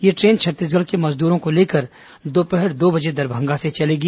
यह ट्रेन छत्तीसगढ़ के श्रमिकों को लेकर कल दोपहर दो बजे दरभंगा से चलेगी